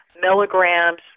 milligrams